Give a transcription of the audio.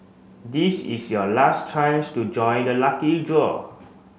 this is your last chance to join the lucky draw